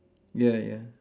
ya ya